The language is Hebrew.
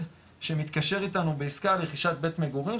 שמתקשר איתנו בעיסקה לרכישת בית מגורים,